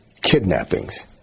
kidnappings